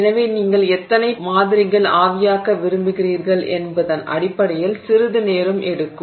எனவே நீங்கள் எத்தனை பதக்கூறு மாதிரிகள் ஆவியாக்க விரும்புகிறீர்கள் என்பதன் அடிப்படையில் சிறிது நேரம் எடுக்கும்